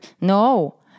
No